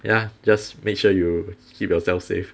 ya just make sure you keep yourself safe